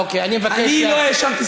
אוקיי, אני מבקש להפסיק, אני לא האשמתי.